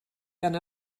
gan